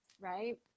Right